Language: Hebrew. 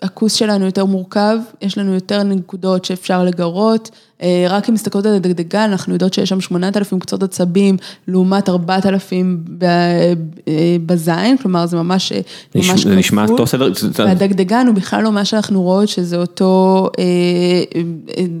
הכוס שלנו יותר מורכב, יש לנו יותר נקודות שאפשר לגרות, רק אם מסתכלות על הדגדגן, אנחנו יודעות שיש שם 8,000 קצות עצבים לעומת 4,000 בזין, כלומר זה ממש קשור, והדגדגן הוא בכלל לא מה שאנחנו רואות שזה אותו.